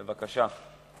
בבקשה.